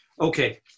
Okay